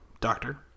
Doctor